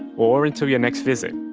or until your next visit.